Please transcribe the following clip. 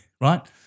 right